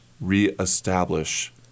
reestablish